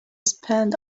spend